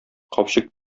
капчык